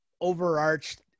overarched